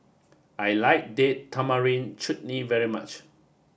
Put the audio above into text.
I like Date Tamarind Chutney very much